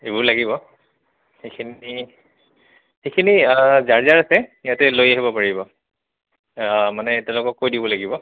এইবোৰ লাগিব সেইখিনি সেইখিনি যাৰ যাৰ আছে ইয়াতে লৈ আহিব পাৰিব মানে তেওঁলোকক কৈ দিব লাগিব